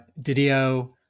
DiDio